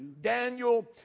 Daniel